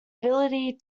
ability